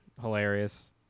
Hilarious